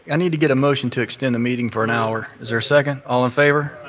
and need to get a motion to extend the meeting for an hour. is there a second? all in favor?